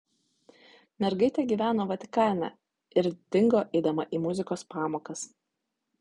mergaitė gyveno vatikane ir dingo eidama į muzikos pamokas